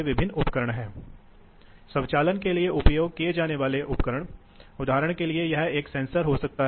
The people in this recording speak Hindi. विभिन्न प्रकार के फ्लो कंट्रोल एप्लिकेशन क्या हैं यह वह एप्लीकेशन है जिस पर हम विचार करने का प्रयास कर रहे हैं